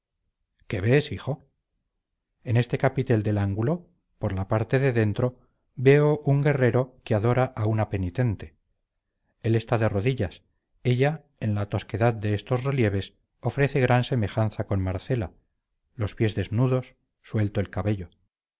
qué ves hijo en este capitel del ángulo por la parte de dentro veo un guerrero que adora a una penitente él está de rodillas ella en la tosquedad de estos relieves ofrece gran semejanza con marcela los pies desnudos suelto el cabello